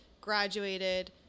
graduated